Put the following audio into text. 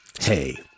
Hey